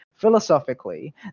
philosophically